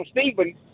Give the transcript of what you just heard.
Stephen